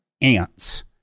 ants